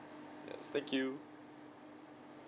yes thank you